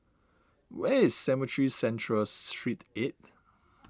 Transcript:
where is Cemetry Central Street eight